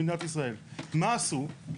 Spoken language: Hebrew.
זה מה שאמרתי בתחילת דבריי, זה חידוש.